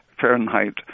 Fahrenheit